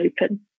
open